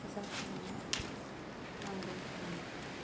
फुजा होनायाव नांगौ जायो